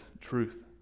truth